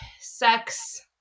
Sex